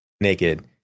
naked